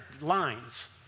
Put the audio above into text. lines